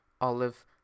olive